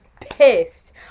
pissed